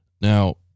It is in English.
Now